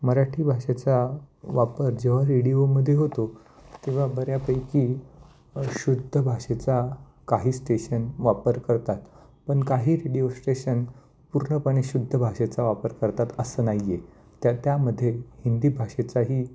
मराठी भाषेचा वापर जेव्हा रेडिओमध्ये होतो तेव्हा बऱ्यापैकी शुद्ध भाषेचा काही स्टेशन वापर करतात पण काही रेडिओ श्टेशन पूर्णपणे शुद्ध भाषेचा वापर करतात असं नाही आहे त्या त्यामध्ये हिंदी भाषेचाही